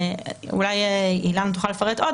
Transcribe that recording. אולי אילנה תוכל לפרט עוד,